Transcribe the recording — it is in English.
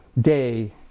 day